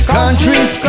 countries